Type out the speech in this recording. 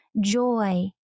joy